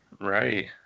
Right